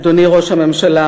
אדוני ראש הממשלה,